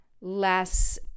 less